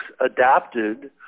adapted